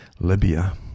Libya